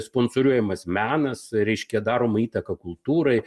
sponsoriuojamas menas reiškia daroma įtaka kultūrai